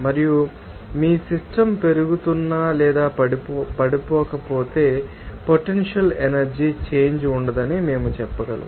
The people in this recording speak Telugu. మరియు మీ సిస్టమ్ పెరుగుతున్న లేదా పడిపోకపోతే పొటెన్షియల్ ఎనర్జీ చేంజ్ ఉండదని మేము చెప్పగలం